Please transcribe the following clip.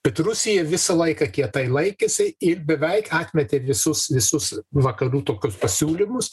bet rusija visą laiką kietai laikėsi ir beveik atmetė visus visus vakarų tokius pasiūlymus